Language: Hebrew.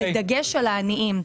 בדגש על העניים.